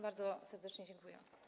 Bardzo serdecznie dziękuję.